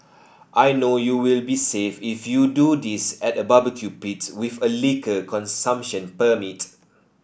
I know you will be safe if you do this at a barbecue pit with a liquor consumption permit